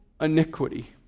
iniquity